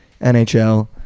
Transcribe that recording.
NHL